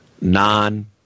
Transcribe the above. non-